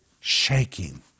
shaking